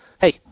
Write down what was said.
hey